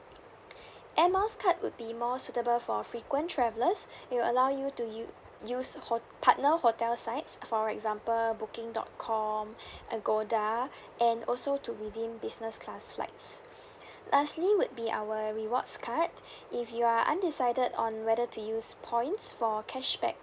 air miles card would be more suitable for frequent travellers it will allow you to you u~ use hot~ partner hotel sites for example booking dot com agoda and also to redeem business class flights lastly would be our rewards card if you are undecided on whether to use points for cashback